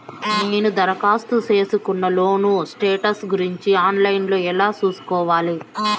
నేను దరఖాస్తు సేసుకున్న లోను స్టేటస్ గురించి ఆన్ లైను లో ఎలా సూసుకోవాలి?